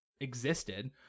existed